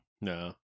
No